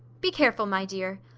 be careful, my dear.